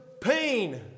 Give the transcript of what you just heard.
pain